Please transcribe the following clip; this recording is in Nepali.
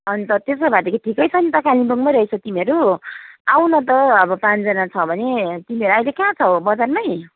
अन्त त्यसो भएदेखि ठिकै छ नि त कालिम्पोङमै रहेछौ तिमीहरू आऊ न त अब पाँचजना छ भने तिमीहरू अहिले कहाँ छौ बजारमै